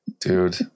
Dude